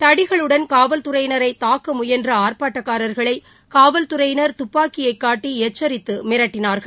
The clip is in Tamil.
தடிகளுடன் காவல்துறையினரை தாக்க முயன்ற ஆர்ப்பாட்டக்காரர்களை காவல்துறையினர் துப்பாக்கியை காட்டி எச்சரித்து மிரட்டினார்கள்